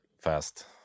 fast